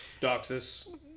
doxis